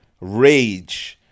rage